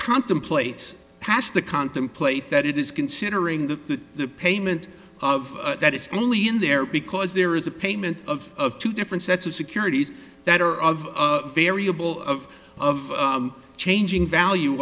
contemplates past the contemplate that it is considering the payment of that it's only in there because there is a payment of two different sets of securities that are of variable of of changing value